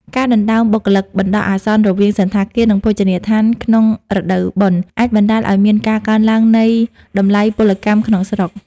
ការដណ្តើមបុគ្គលិកបណ្តោះអាសន្នរវាងសណ្ឋាគារ និងភោជនីយដ្ឋានក្នុងរដូវបុណ្យ អាចបណ្តាលឱ្យមានការកើនឡើងនៃតម្លៃពលកម្មក្នុងស្រុក។